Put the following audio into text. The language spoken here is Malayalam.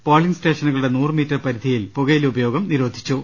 പോളിംഗ് സ്റ്റേഷനുകളുടെ നൂറ് മീറ്റർ പരിധി യിൽ പുകയില ഉപയോഗം നിരോധിച്ചു